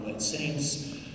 Saints